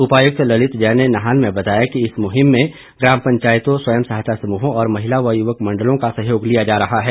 उपायुक्त ललित जैन ने नाहन में बताया कि इस मुहिम में ग्राम पंचायतों स्वयं सहायता समूहों और महिला व युवक मण्डलों का सहयोग लिया जा रहा है